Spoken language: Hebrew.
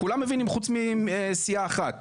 כולם מבינים חוץ מסיעה אחת.